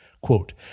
Quote